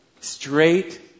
Straight